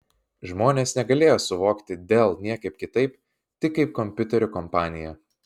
žmonės negalėjo suvokti dell niekaip kitaip tik kaip kompiuterių kompaniją